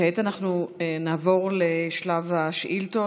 כעת אנחנו נעבור לשלב השאילתות.